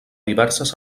diverses